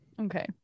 Okay